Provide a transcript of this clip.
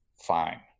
fine